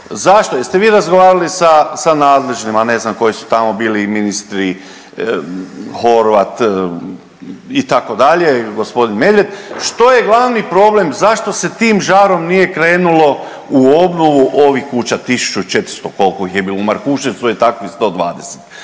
zašto jeste vi razgovarali sa nadležnima ne znam koji su tamo bili i ministri Horvat itd., gospodin Medved, što je glavni problem zašto se tim žarom nije krenulo u obnovu ovih kuća 1400 koliko ih bilo, u Markuševcu je takvih 120.